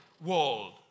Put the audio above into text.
world